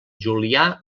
julià